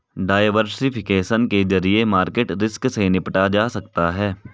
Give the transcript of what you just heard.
diversification के जरिए market risk से निपटा जा सकता है